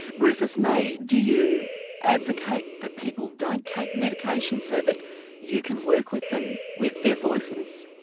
rufus may, do you advocate that people don't take medications so that you can work with them with their voices?